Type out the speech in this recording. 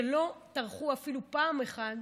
שלא טרחו אפילו פעם אחת